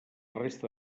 resta